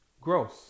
gross